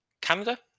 Canada